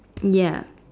ya